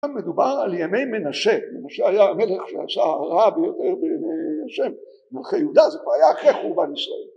מדובר על ימי מנשה, מנשה היה מלך שעשה הרעה ביותר בעיני השם. מלכי יהודה זו כבר היה אחרי חורבן ישראל